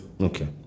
Okay